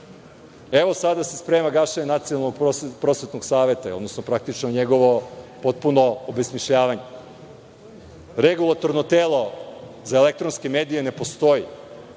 Sada se sprema gašenje Nacionalnog prosvetnog saveta, odnosno praktično njegovo potpuno obesmišljavanje. Regulatorno telo za elektronske medije ne postoji